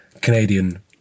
Canadian